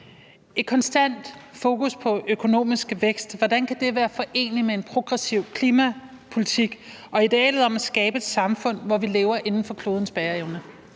et konstant fokus på økonomisk vækst være foreneligt med en progressiv klimapolitik og idealet om at skabe et samfund, hvor vi lever inden for klodens bæreevne?